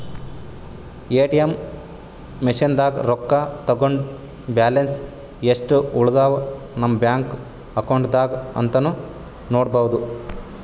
ATM ಮಷಿನ್ದಾಗ್ ರೊಕ್ಕ ತಕ್ಕೊಂಡ್ ಬ್ಯಾಲೆನ್ಸ್ ಯೆಸ್ಟ್ ಉಳದವ್ ನಮ್ ಬ್ಯಾಂಕ್ ಅಕೌಂಟ್ದಾಗ್ ಅಂತಾನೂ ನೋಡ್ಬಹುದ್